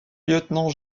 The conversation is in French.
lieutenant